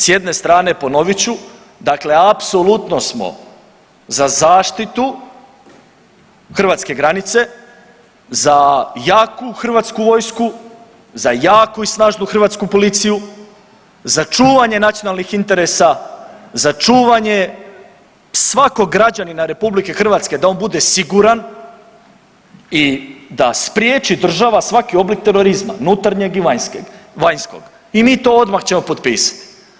S jedne strane ponovit ću, dakle apsolutno smo za zaštitu hrvatske granice, za jaku hrvatsku vojsku, za jaku i snažnu hrvatsku policiju, za čuvanje nacionalnih interesa, za čuvanje svakog građanina Republike Hrvatske da on bude siguran i da spriječi država svaki oblik terorizma nutarnjeg i vanjskog i mi to odmah ćemo potpisati.